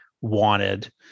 wanted